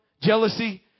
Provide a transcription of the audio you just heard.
jealousy